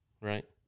right